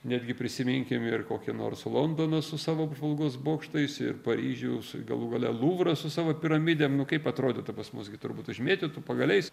netgi prisiminkim ir kokį nors londoną su savo apžvalgos bokštais ir paryžiaus galų gale luvrą su savo piramidėm nu kaip atrodytų pas mus gi turbūt užmėtytų pagaliais